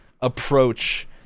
approach